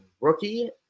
rookie